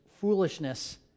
foolishness